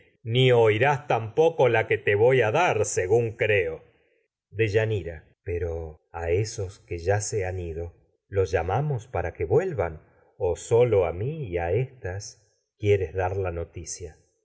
te di oirás tampoco la qúe te voy a dar deyanira según a creo pero esos que ya a se han ido los lla mamos para que vuelvan o sólo mi y a éstas quieres dar la noticia